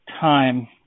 time